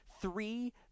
three